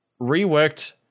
Reworked